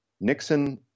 Nixon